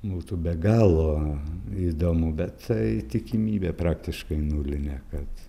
būtų be galo įdomu bet tai tikimybė praktiškai nulinė kad